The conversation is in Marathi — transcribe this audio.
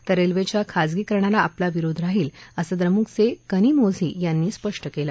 तर रेल्वेच्या खाजगीकरणाला आपला विरोध राहील असं द्रमुकचे कनिमोझी यांनी स्पष्ट केलं